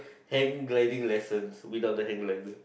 hand gliding lessons without the hand glider